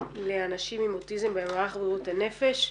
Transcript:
לאנשים עם אוטיזם במערך בריאות הנפש.